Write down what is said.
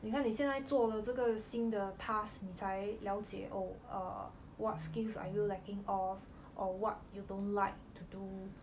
你看你现在做了这个新的 task 你才了解 oh err what skills are you lacking of or what you don't like to do